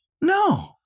No